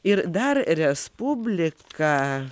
ir dar respublika